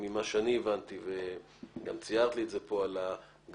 ממה שאני הבנתי וגם ציירת לי את זה פה על grassroots,